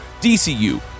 DCU